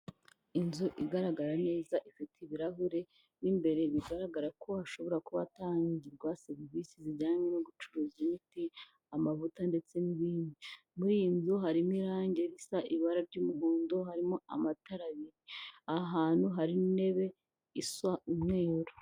Inzu igaragara neza ifite ibirahure mo imbere bigaragara ko hashobora kuba hatangirwa serivisi zijyanye no gucuruza imiti, amavuta ndetse n'ibindi. Muri iyi nzu harimo irangi risa ibara ry'umuhondo harimo amatara abiri, ahantu hari intebe isa umweru